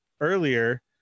earlier